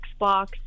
Xbox